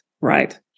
Right